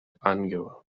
angela